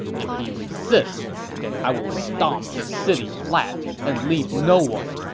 if he resists, then i will stomp his city flat and leave no one,